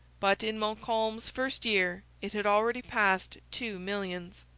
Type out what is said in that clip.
but in montcalm's first year it had already passed two millions.